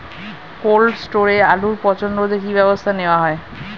Cold স্টোরে আলুর পচন রোধে কি ব্যবস্থা নেওয়া হয়?